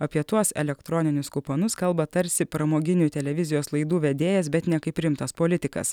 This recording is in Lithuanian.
apie tuos elektroninius kuponus kalba tarsi pramoginių televizijos laidų vedėjas bet ne kaip rimtas politikas